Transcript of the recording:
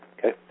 Okay